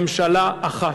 ממשלה אחת.